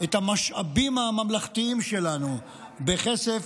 את המשאבים הממלכתיים שלנו בכסף,